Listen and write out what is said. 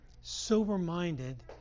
sober-minded